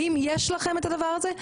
האם יש לכם את הדבר הזה?